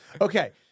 Okay